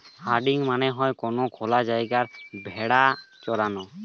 herding মানে হয়ে কোনো খোলা জায়গায় ভেড়া চরানো